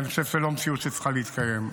אני חושב שזו לא מציאות שצריכה להתקיים.